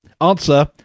answer